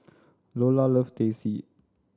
Iola loves Teh C